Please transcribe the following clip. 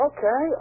Okay